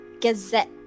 Gazette